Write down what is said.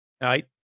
Right